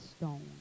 stone